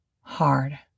hard